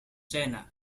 china